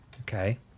Okay